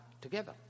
together